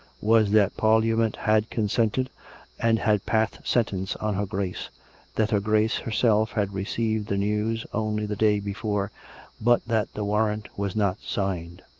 was that parliament had consented and had passed sentence on her grace that her grace herself had received the news only the day before but that the warrant was not signed.